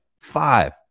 Five